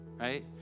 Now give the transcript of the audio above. right